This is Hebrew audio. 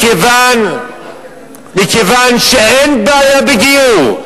מכיוון שאין בעיה בגיור.